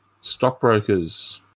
stockbrokers